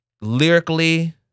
Lyrically